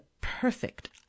perfect